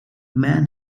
man